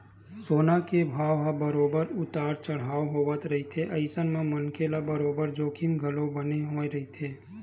सोना के भाव ह बरोबर उतार चड़हाव होवत रहिथे अइसन म मनखे ल बरोबर जोखिम घलो बने होय रहिथे